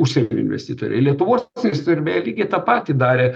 užsienio investitoriai lietuvos investitoriai beje lygiai tą patį darė